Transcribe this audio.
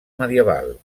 medieval